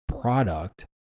product